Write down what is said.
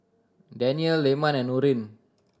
Danial Leman and Nurin